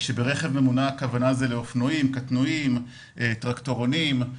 הכוונה לאופנועים, קטנועים, טרקטורונים,